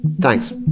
thanks